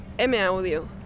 M-Audio